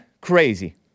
Crazy